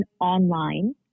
online